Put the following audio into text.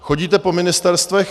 Chodíte po ministerstvech?